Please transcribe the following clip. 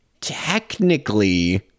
technically